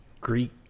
Greek